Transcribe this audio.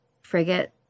frigate